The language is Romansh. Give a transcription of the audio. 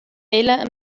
ella